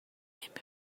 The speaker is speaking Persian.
نمی